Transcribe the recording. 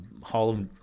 Hall